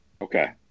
Okay